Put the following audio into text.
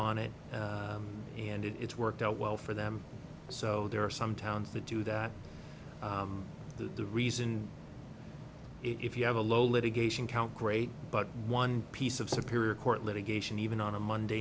on it and it worked out well for them so there are some towns to do that the reason if you have a low litigation count great but one piece of superior court litigation even on a monday